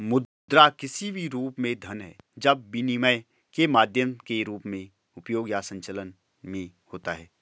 मुद्रा किसी भी रूप में धन है जब विनिमय के माध्यम के रूप में उपयोग या संचलन में होता है